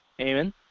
Amen